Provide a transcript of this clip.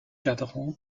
cadran